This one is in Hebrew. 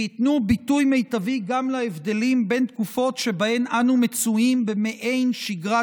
וייתנו ביטוי מיטבי גם להבדלים בין תקופות שבהן אנו מצויים במעין שגרת